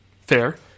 fair